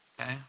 Okay